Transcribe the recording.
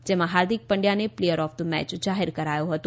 જેમાં હાર્દિક પંડ્યાને player of the match જાહેર કરાયો હતો